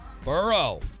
Burrow